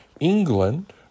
England